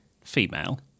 Female